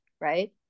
right